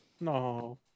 No